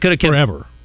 forever